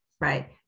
Right